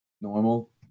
normal